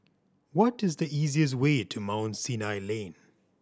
what is the easiest way to Mount Sinai Lane